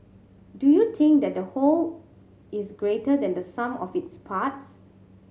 do you think that the whole is greater than the sum of its parts